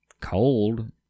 cold